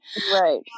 Right